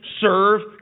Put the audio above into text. serve